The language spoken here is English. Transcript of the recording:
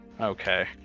Okay